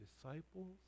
disciples